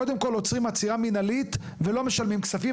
קודם כל עוצרים עצירה מנהלית ולא משלמים כספים.